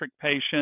patient